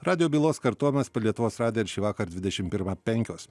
radijo bylos kartojamas per lietuvos radę ir šįvakar dvidešimt pirmą penkios